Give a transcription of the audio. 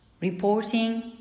reporting